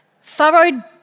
furrowed